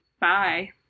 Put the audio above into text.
Bye